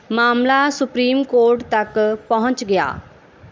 ਮਾਮਲਾ supreme court ਤੱਕ ਪਹੁੰਚ ਗਿਆ